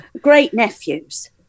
great-nephews